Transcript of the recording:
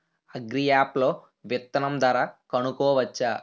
Agri app లో విత్తనం ధర కనుకోవచ్చా?